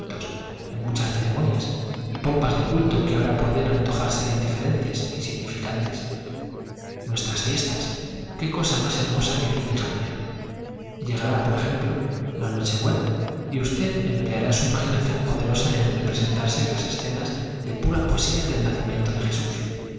en muchas ceremonias y pompas del culto que ahora pueden antojársele indiferentes insignificantes nuestras fiestas qué cosa más hermosa querida hija mía llegará por ejemplo la noche-buena y usted empleará su imaginación poderosa en representarse las escenas de pura poesía del nacimiento de jesús